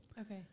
Okay